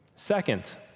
Second